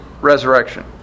resurrection